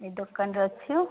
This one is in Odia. ଏଇ ଦୋକାନରେ ଅଛୁ